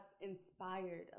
inspired